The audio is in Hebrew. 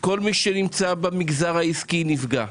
כל מי שנמצא במגזר העסקי נפגע.